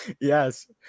Yes